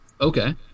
Okay